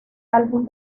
álbum